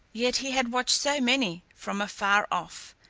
yet he had watched so many from afar off,